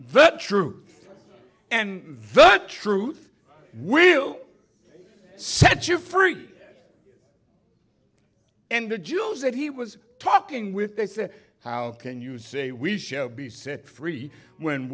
the truth and vote truth will set you free and the jews that he was talking with they said how can you say we shall be set free when